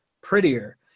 prettier